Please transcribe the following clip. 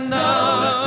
now